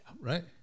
right